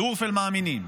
דורף אל-מואמינין.